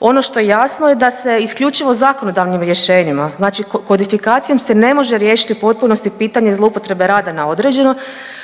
ono što je jasno je da se isključivo zakonodavnim rješenjima, znači kodifikacijom se ne može riješiti u potpunosti pitanje zloupotrebe rada na određeno